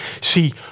See